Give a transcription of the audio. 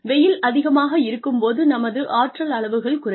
வெயில் அதிகமாக இருக்கும் போது நமது ஆற்றல் அளவுகள் குறையும்